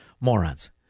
morons